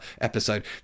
episode